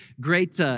great